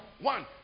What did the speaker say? One